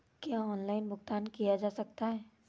क्या ऑनलाइन भुगतान किया जा सकता है?